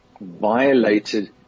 violated